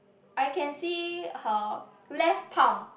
I can see her left pound